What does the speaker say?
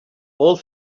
all